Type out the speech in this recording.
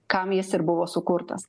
kam jis ir buvo sukurtas